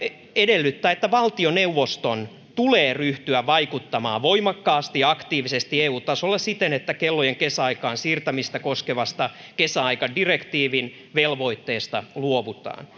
edellyttää että valtioneuvoston tulee ryhtyä vaikuttamaan voimakkaasti ja aktiivisesti eu tasolla siten että kellojen kesäaikaan siirtämistä koskevasta kesäaikadirektiivin velvoitteesta luovutaan